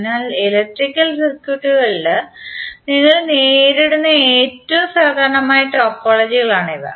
അതിനാൽ ഇലക്ട്രിക്കൽ സർക്യൂട്ടുകളിൽ നിങ്ങൾ നേരിടുന്ന ഏറ്റവും സാധാരണമായ ടോപ്പോളജികളാണ് ഇവ